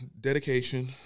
Dedication